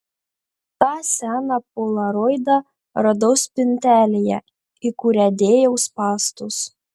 tą seną polaroidą radau spintelėje į kurią dėjau spąstus